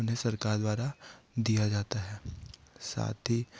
उन्हें सरकार द्वारा दिया जाता है साथ ही